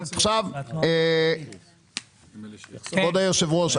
כבוד היושב-ראש.